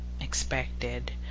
expected